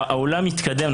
העולם התקדם,